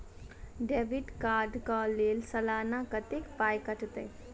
Debit card कऽ लेल सलाना कत्तेक पाई कटतै?